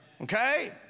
Okay